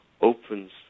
opens